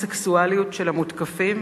ההומוסקסואליות של המותקפים,